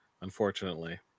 unfortunately